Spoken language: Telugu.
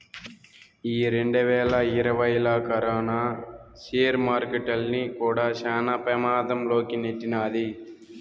ఈ రెండువేల ఇరవైలా కరోనా సేర్ మార్కెట్టుల్ని కూడా శాన పెమాధం లోకి నెట్టినాది